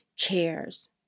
cares